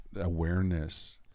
awareness